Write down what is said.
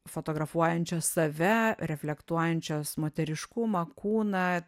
fotografuojančios save reflektuojančios moteriškumą kūną